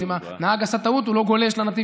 אז אם הנהג עשה טעות הוא לא גולש לנתיב